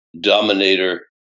dominator